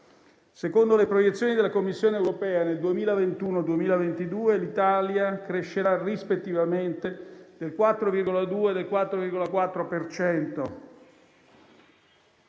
Secondo le proiezioni della Commissione europea, nel 2021 e nel 2022 l'Italia crescerà rispettivamente del 4,2 e del 4,4